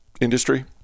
industry